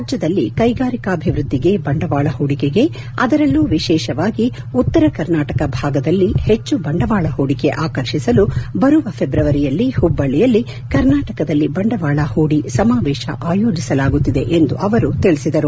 ರಾಜ್ಯದಲ್ಲಿ ಕೈಗಾರಿಕಾಭಿವ್ಯದ್ದಿಗೆ ಬಂಡವಾಳ ಹೂಡಿಕೆಗೆ ಅದರಲ್ಲೂ ವಿಶೇಷವಾಗಿ ಉತ್ತರ ಕರ್ನಾಟಕ ಭಾಗದಲ್ಲಿ ಹೆಚ್ಚು ಬಂಡವಾಳ ಹೂಡಿಕೆ ಆಕರ್ಷಿಸಲು ಬರುವ ಫೆಬ್ರವರಿಯಲ್ಲಿ ಹುಬ್ಬಳ್ಳಯಲ್ಲಿ ಕರ್ನಾಟಕದಲ್ಲಿ ಬಂಡವಾಳ ಹೂಡಿ ಸಮಾವೇಶ ಆಯೋಜಿಸಲಾಗುತ್ತಿದೆ ಎಂದು ಅವರು ತಿಳಿಸಿದರು